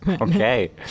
Okay